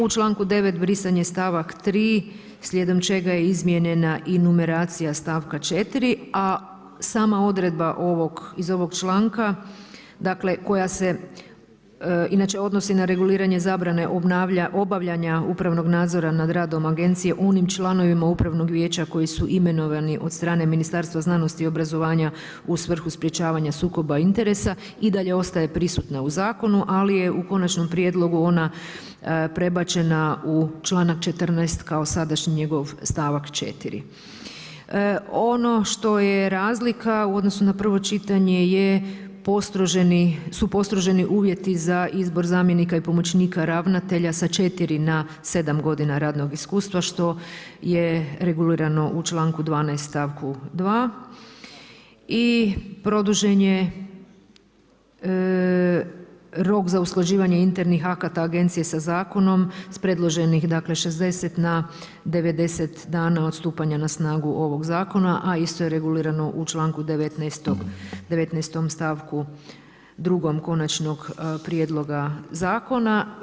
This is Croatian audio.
U članku 9. brisan je stavak 3. slijedom čega je izmijenjena i numeracija stavka 4., a sama odredba iz ovog članka koja se inače odnosi na reguliranje zabrane obavljanja upravnog nadzora nad radom agencije onim članovima upravnog vijeća koji su imenovani od strane Ministarstva znanosti i obrazovanja u svrhu sprečavanja sukoba interesa i dalje ostaje prisutna u zakonu, ali je u konačnom prijedlogu ona prebačena u članak 14. kao sadašnji njegov stavak 4. Ono što je razlika u odnosu na prvo čitanje jesu postroženi uvjeti za izbor zamjenika i pomoćnika ravnatelja sa četiri na sedam godina radnog iskustva što je regulirano u članku 12. stavku 2. I produžen je rok za usklađivanje internih akata agencije sa zakonom s predloženih 60 na 90 dana od stupanja na snagu ovog zakona, a isto je regulirano u članku 19. stavku 2. konačnog prijedloga zakona.